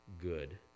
good